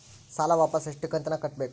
ಸಾಲ ವಾಪಸ್ ಎಷ್ಟು ಕಂತಿನ್ಯಾಗ ಕಟ್ಟಬೇಕು?